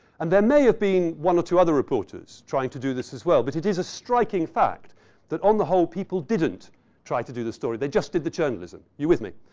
and there may have been one or two other reporters trying to do this as well. but it is a striking fact that on the whole, people didn't try to do the story. they just did the churnalism. you with me?